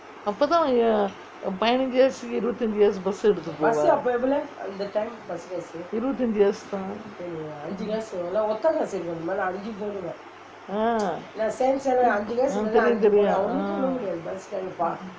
அப்பே தான்:appae thaan bus பதினஞ்சு காசு இருபத்தி அஞ்சு காசு:pathinanju kaasu irubathi anju kaasu bus எடுத்து போவேன் இருபத்தி அஞ்சு காசு தான்:eduthu poovaen irubathi anju kaasu thaan ah தெரியும் தெரியும்:teriyum teriyum